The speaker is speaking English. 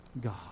God